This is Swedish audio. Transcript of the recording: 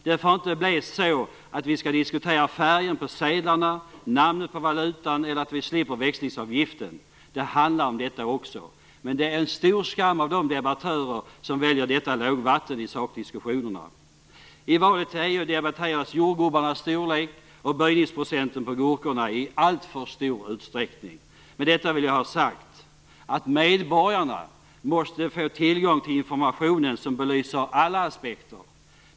Det får inte bli så att vi skall diskutera färgen på sedlarna och namnet på valutan eller det faktum att vi slipper växlingsavgiften. Det handlar om det också, men det är en stor skam av de debattörer som väljer detta lågvatten i sakdiskussionerna. I valet gällande EU debatterades jordgubbarnas storlek och böjningsprocenten på gurkorna i alltför stor utsträckning. Med detta vill jag ha sagt att medborgarna måste få tillgång till information som belyser alla aspekter.